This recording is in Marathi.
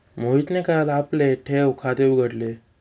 मोहितने काल आपले ठेव खाते उघडले